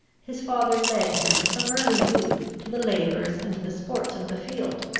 his father led him, from early youth, to the labours and the sports of the field,